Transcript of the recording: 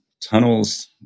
Tunnels